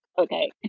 okay